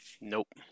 Nope